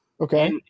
okay